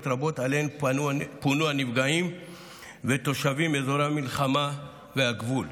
רבות שאליהן פונו הנפגעים ותושבים מאזורי המלחמה והגבול.